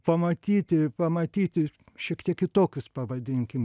pamatyti pamatyti šiek tiek kitokius pavadinkim